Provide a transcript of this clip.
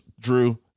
drew